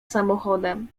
samochodem